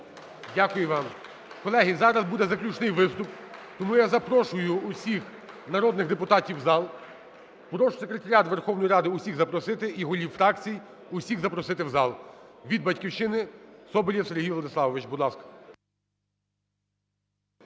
Дякую вам. Колеги, зараз буде заключний виступ. Тому я запрошую всіх народних депутатів у зал. Прошу секретаріат Верховної Ради всіх запросити і голів фракцій всіх запросити в зал. Від "Батьківщини" Соболєв Сергій Владиславович. Будь ласка.